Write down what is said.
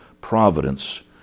providence